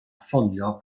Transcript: ffonio